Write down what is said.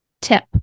tip